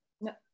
No